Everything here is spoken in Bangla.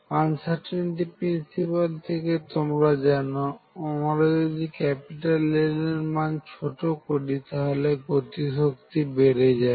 আনসার্টেনটি প্রিন্সিপাল থেকে তোমরা জানো আমরা যদি L এরমান ছোট করি তাহলে গতিশক্তি বেড়ে যাবে